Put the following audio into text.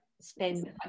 spend